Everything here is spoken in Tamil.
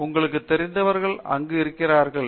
உங்களுக்குத் தெரிந்தவர்கள் அங்கு இருக்கிறார்களா